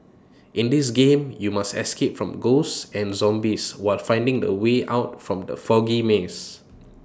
in this game you must escape from ghosts and zombies while finding the way out from the foggy maze